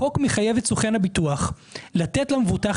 החוק מחייב את סוכן הביטוח לתת למבוטח